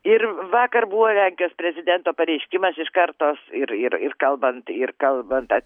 ir vakar buvo lenkijos prezidento pareiškimas iš kartos ir ir kalbanti ir kalbant